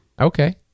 Okay